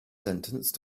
sentence